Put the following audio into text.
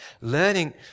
Learning